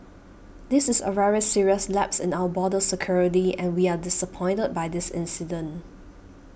this is a very serious lapse in our border security and we are disappointed by this incident